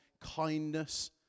kindness